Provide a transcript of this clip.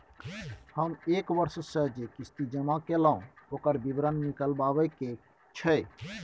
हम एक वर्ष स जे किस्ती जमा कैलौ, ओकर विवरण निकलवाबे के छै?